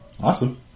awesome